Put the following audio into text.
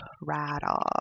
rattle